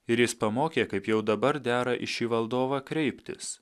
ir jis pamokė kaip jau dabar dera į šį valdovą kreiptis